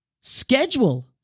schedule